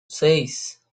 seis